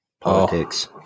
politics